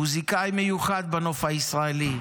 מוזיקאי מיוחד בנוף הישראלי,